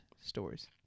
stories